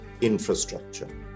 infrastructure